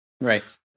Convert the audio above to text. right